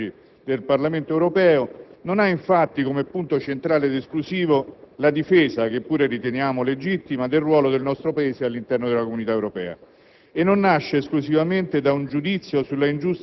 dato al Governo in questi passaggi e quindi il dispositivo delle mozioni, ma credo che anche su questa questione alcune considerazioni che in qualche modo ci diversificano vadano fatte.